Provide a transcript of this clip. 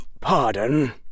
Pardon